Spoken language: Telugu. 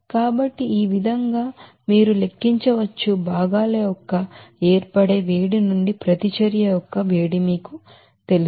కాబట్టి ఈ విధంగా మీరు లెక్కించవచ్చు భాగాల యొక్క ఏర్పడే వేడి నుండి ప్రతిచర్య యొక్క వేడిమీకు తెలుసు